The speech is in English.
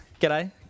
G'day